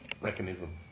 mechanism